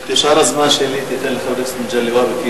את שאר הזמן שלי תיתן לחבר הכנסת מגלי והבה.